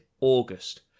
August